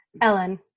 Ellen